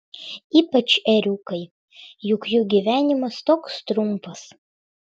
ypač ėriukai juk jų gyvenimas toks trumpas